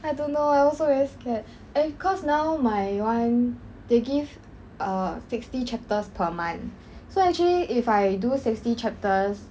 I don't know I also very scared eh cause now my [one] they give err sixty chapters per month so actually if I do sixty chapters